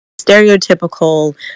stereotypical